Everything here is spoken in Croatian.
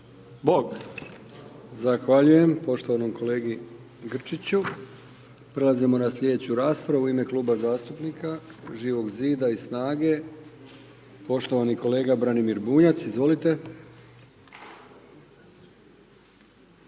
Zahvaljujem poštovanom kolegi Grčiću. Prelazimo na sljedeću raspravu u ime Kluba zastupnika Živog zida i SNAGA-e poštovani kolega Branimir Bunjac, izvolite.